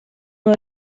nur